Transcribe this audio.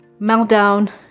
meltdown